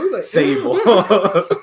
Sable